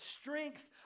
strength